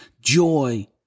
joy